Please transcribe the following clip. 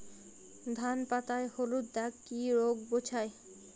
ধান পাতায় হলুদ দাগ কি রোগ বোঝায়?